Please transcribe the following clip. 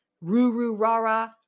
roo-roo-ra-ra